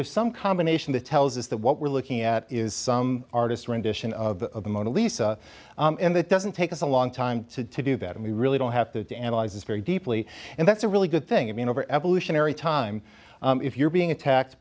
there's some combination that tells us that what we're looking at is some artist's rendition of the mona lisa and that doesn't take us a long time to to do that and we really don't have to analyze this very deeply and that's a really good thing i mean over evolutionary time if you're being attacked